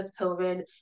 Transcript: COVID